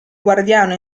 guardiano